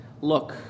look